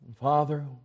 Father